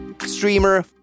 streamer